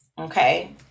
Okay